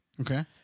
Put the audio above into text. Okay